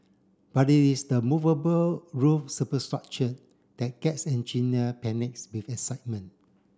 but it is the movable roof superstructure that gets engineer panics with excitement